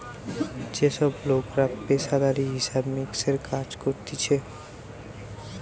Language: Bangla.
যে সব লোকরা পেশাদারি হিসাব মিক্সের কাজ করতিছে